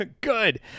Good